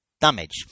damage